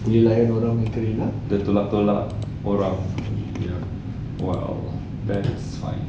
dia layan orang punya karenah ya